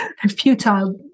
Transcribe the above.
futile